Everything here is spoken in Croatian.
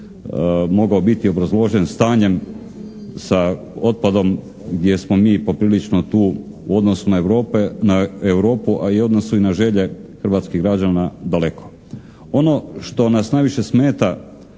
mogao biti obrazložen stanjem sa otpadom gdje smo mi poprilično tu u odnosu na Europu a i u odnosu i na želje hrvatskih građana daleko. Ono što nas najviše smeta